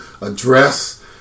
address